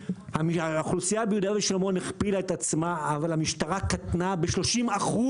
האוכלוסייה ביהודה ושומרון הכפילה את עצמה אבל המשטרה קטנה ב-30%.